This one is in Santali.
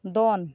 ᱫᱚᱱ